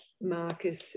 Marcus